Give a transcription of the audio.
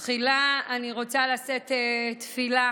תחילה אני רוצה לשאת תפילה